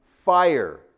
fire